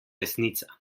resnica